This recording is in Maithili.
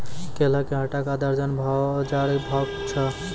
केला के आटा का दर्जन बाजार भाव छ?